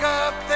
up